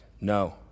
No